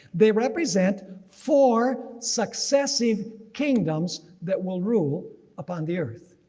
they represent four successive kingdoms that will rule upon the earth.